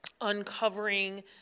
uncovering